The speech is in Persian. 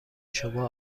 شما